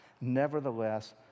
Nevertheless